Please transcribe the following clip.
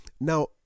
Now